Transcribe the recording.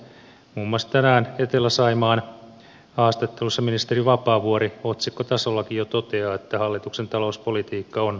muun muassa tänään etelä saimaan haastattelussa ministeri vapaavuori otsikkotasollakin jo toteaa että hallituksen talouspolitiikka on epäonnistunut